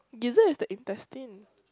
gizzard is the intestine